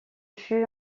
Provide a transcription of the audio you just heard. fut